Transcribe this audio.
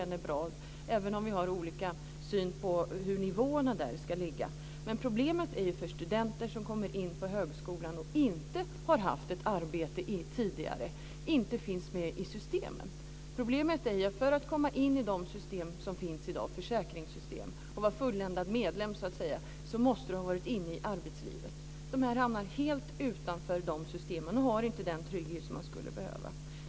Den är bra, även om vi har olika syn på hur nivåerna ska ligga. Problemet finns för studenter som kommer in på högskolan och inte har haft ett tidigare arbete och inte finns med i systemen. För att komma in i de försäkringssystem som finns i dag och bli fulländad medlem måste du ha varit inne i arbetslivet. Studenterna hamnar helt utanför de systemen. De har inte den trygghet de skulle behöva.